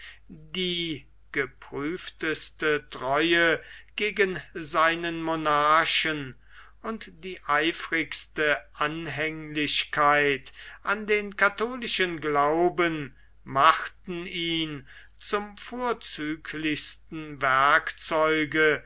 die geprüfteste treue gegen seinen monarchen und die eifrigste anhänglichkeit an den katholischen glauben machten ihn zum vorzüglichsten